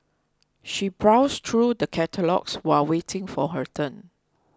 she browsed through the catalogues while waiting for her turn